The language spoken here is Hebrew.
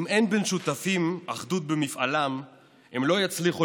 "אם אין בין שותפים אחדות במפעלם / הם לא יצליחו